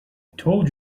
told